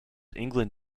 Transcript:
england